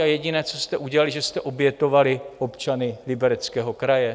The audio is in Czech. A jediné, co jste udělali, že jste obětovali občany Libereckého kraje.